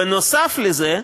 נוסף לזה,